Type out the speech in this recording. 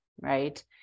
right